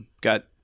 Got